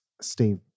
Steve